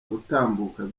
gutambuka